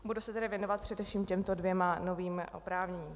Budu se tedy věnovat především těmto dvěma novým oprávněním.